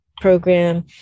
program